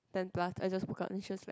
ten plus I just woke up and she was like